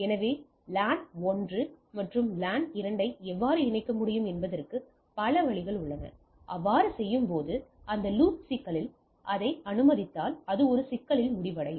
எனவே லேன் 1 மற்றும் லேன் 2 ஐ எவ்வாறு இணைக்க முடியும் என்பதற்கு பல வழிகள் உள்ளன அவ்வாறு செய்யும்போது அந்த லூப் சிக்கலில் இதை அனுமதித்தால் அது ஒரு சிக்கலில் முடிவடையும்